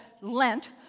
Lent